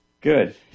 Good